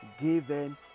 given